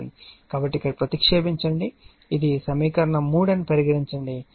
కాబట్టి ఇక్కడ ప్రతిక్షేపించండి ఇది సమీకరణం 3 అని పరిగణించండి